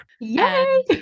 Yay